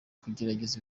kugerageza